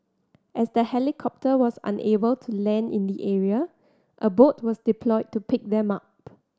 as the helicopter was unable to land in the area a boat was deployed to pick them up